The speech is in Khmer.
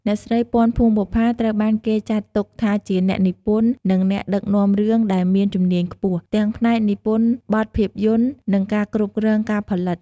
អ្នកស្រី ពាន់ ភួងបុប្ផា ត្រូវបានគេចាត់ទុកថាជាអ្នកនិពន្ធ និងអ្នកដឹកនាំរឿងដែលមានជំនាញខ្ពស់ ទាំងផ្នែកនិពន្ធបទភាពយន្ត និងការគ្រប់គ្រងការផលិត។